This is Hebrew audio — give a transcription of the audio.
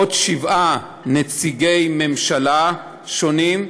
ועוד שבעה נציגי ממשלה שונים,